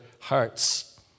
Hearts